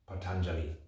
Patanjali